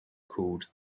called